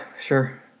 sure